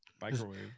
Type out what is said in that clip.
Microwave